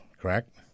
correct